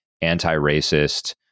anti-racist